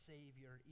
Savior